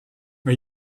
are